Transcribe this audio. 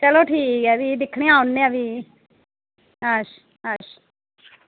चलो ठीक ऐ भी दिक्खने आं औने आं भी अच्छा अच्छा